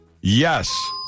Yes